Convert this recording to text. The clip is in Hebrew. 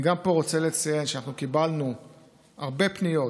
גם פה אני מבקש לציין שקיבלנו הרבה פניות,